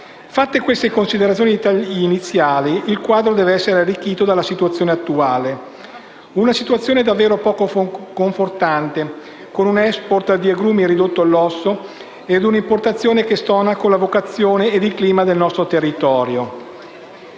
Fatte queste considerazioni iniziali, il quadro deve essere arricchito dalla situazione attuale, una situazione davvero poco confortante, con un *export* di agrumi ridotto all'osso ed una importazione che stona con la vocazione ed il clima del nostro territorio.